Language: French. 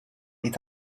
est